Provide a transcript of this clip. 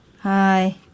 Hi